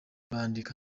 bandika